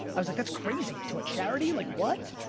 i was like that's crazy, to a charity? like what?